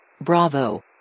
Bravo